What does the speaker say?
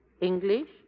English